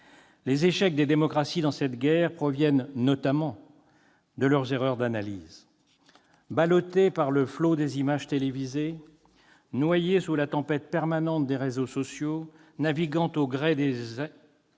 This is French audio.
Les échecs des démocraties dans cette guerre proviennent notamment de leurs erreurs d'analyse. Ballottées par le flot des images télévisées, noyées sous la tempête permanente des réseaux sociaux, naviguant au gré des